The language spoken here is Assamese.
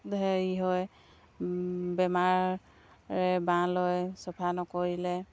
হেৰি হয় বেমাৰৰে বাঁহ লয় চাফা নকৰিলে